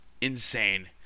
insane